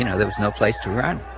you know there was no place to run